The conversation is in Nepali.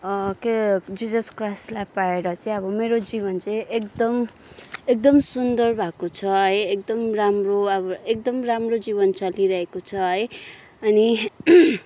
के जिजस क्राइस्टलाई पाएर चाहिँ अब मेरो जीवन चाहिँ एकदम एकदम सुन्दर भएको छ है एकदम राम्रो अब एकदम राम्रो जीवन चलिरहेको छ है अनि